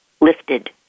lifted